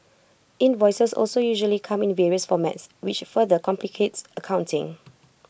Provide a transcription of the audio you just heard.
invoices also usually come in various formats which further complicates accounting